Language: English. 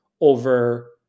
over